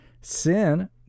sin